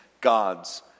God's